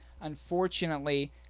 unfortunately